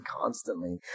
constantly